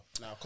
now